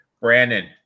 brandon